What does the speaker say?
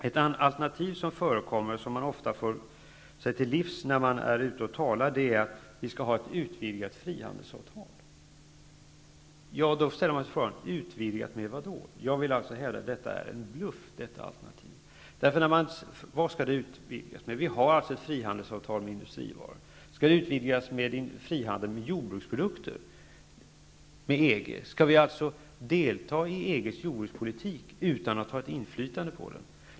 Ett alternativ som man ofta får sig till livs när man är ute och talar är att vi skall ha ett utvidgat frihandelsavtal. Med vad är detta avtal utvidgat? Jag hävdar att detta alternativ är en bluff. Vad skall man alltså utvidga avtalet med? Vi har ju ett frihandelsavtal när det gäller industrivaror. Skall frihandelsavtalet utvidgas med en frihandel med EG i fråga om jordbruksprodukter? Skall vi alltså delta i EG:s jordbrukspolitik utan att ha något inflytande på den?